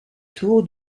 tour